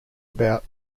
about